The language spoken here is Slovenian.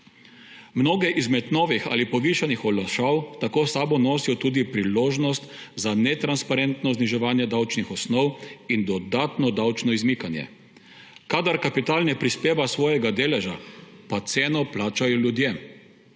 Mnoge izmed novih ali povišanih olajšav tako s sabo nosijo tudi priložnost za netransparentno zniževanje davčnih osnov in dodatno davčno izmikanje, kadar kapital ne prispeva svojega deleža, pa ceno plačajo ljudje